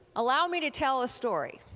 allow me to tell a story.